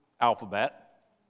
alphabet